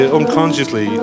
unconsciously